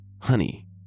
Honey